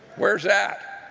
where is that?